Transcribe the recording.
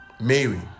mary